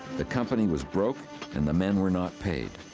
the company was broke and the men were not paid.